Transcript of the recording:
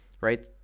right